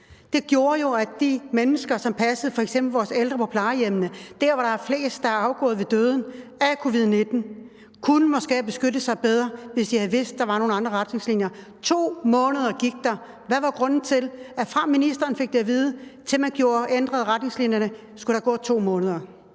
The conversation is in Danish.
Det gjorde jo, at de mennesker, som passede f.eks. vores ældre på plejehjemmene – altså der, hvor der er flest, som er afgået ved døden som følge af covid-19 – måske kunne have beskyttet sig bedre, hvis de havde vidst, at der var nogle andre retningslinjer. 2 måneder gik der! Hvad var grunden til, at der skulle gå 2 måneder, fra ministeren fik det at vide, til man ændrede retningslinjerne? Kl. 14:28 Den fg. formand